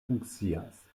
funkcias